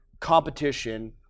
competition